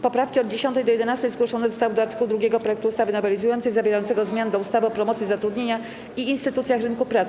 Poprawki od 10. do 11. zgłoszone zostały do art. 2 projektu ustawy nowelizującej zawierającego zmiany do ustawy o promocji zatrudnienia i instytucjach rynku pracy.